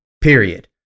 period